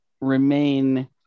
remain